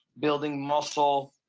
building muscle,